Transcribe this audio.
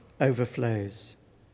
overflows